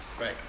Right